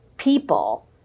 people